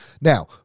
Now